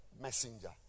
messenger